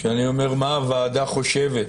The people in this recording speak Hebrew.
כשאני אומר: מה הוועדה חושבת?